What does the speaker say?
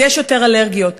יש יותר אלרגיות.